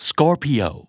Scorpio